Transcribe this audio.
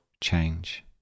change